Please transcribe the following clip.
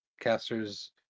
Casters